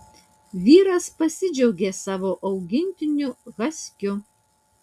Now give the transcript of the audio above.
vyras pasidžiaugė savo augintiniu haskiu